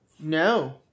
no